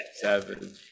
seven